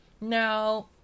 Now